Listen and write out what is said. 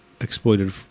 exploited